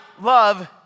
love